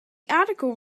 article